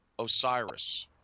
Osiris